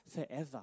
forever